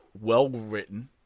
well-written